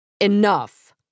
Enough